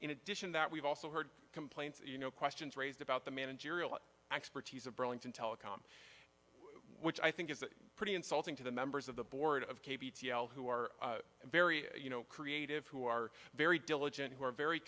in addition that we've also heard complaints you know questions raised about the managerial expertise of burlington telecom which i think is pretty insulting to the members of the board of cave e t l who are very you know creative who are very diligent who are very